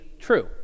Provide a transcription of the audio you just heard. true